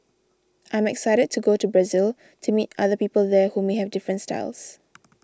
I'm excited to go to Brazil to meet other people there who may have different styles